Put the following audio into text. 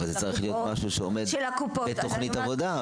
אבל זה צריך להיות משהו שעומד בתוכנית עבודה,